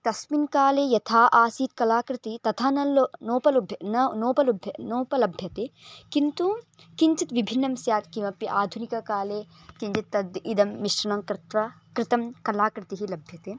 तस्मिन् काले यथा आसीत् कलाकृतिः तथा न लोपः नोपलभ्यते न नोपलभ्यते नोपलभ्यते किन्तु किञ्चित् विभिन्ना स्यात् किमपि आधुनिककाले किञ्चित् तद् इदं मिश्रणं तत्वं कृतं कलाकृतिः लभ्यते